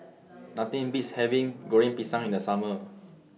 Nothing Beats having Goreng Pisang in The Summer